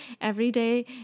everyday